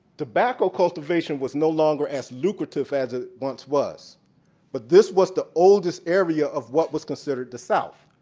tobacco cultivation was no longer as lucrative as it once was but this was the oldest area of what was considered the south.